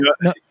no